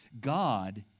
God